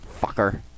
fucker